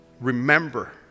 remember